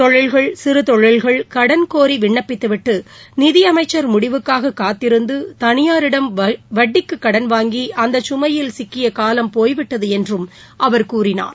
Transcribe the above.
தொழில்கள் சிறு தொழில்கள் கடன் கோரி விண்ணப்பித்துவிட்டு நிதியமைச்சர் முடிவுக்காக காத்திருந்து தனியாரிடம் வட்டிக்கு கடன் வாங்கி அந்த சுமையில் சிக்கிய காலம் போய்விட்டது என்றும் அவர் கூறினார்